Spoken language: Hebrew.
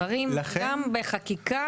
גם בחקיקה.